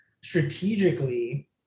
strategically